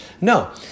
No